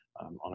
on